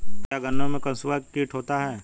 क्या गन्नों में कंसुआ कीट होता है?